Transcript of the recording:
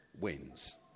wins